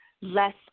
less